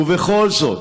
ובכל זאת,